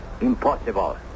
Impossible